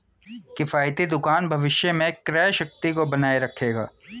किफ़ायती दुकान भविष्य में क्रय शक्ति को बनाए रखेगा